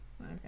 okay